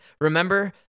Remember